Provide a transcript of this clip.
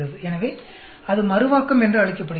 எனவே அது மறுவாக்கம் என்று அழைக்கப்படுகிறது